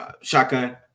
shotgun